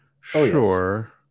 sure